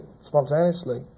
spontaneously